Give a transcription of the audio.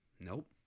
nope